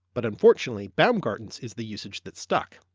but unfortunately baumgarten's is the usage that stuck.